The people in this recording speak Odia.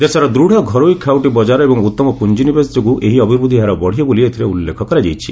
ଦେଶର ଦୂଢ଼ ଘରୋଇ ଖାଉଟି ବଜାର ଏବଂ ଉତ୍ତମ ପୁଞ୍ଚି ନିବେଶ ଯୋଗୁଁ ଏହି ଅଭିବୃଦ୍ଧି ହାର ବଢ଼ିବ ବୋଲି ଏଥିରେ ଉଲ୍ଲେଖ କରାଯାଇଛି